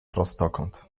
prostokąt